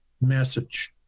message